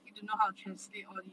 need to learn how to translate all these